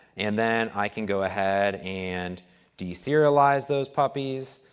and then i can go ahead and deserialize those puppies.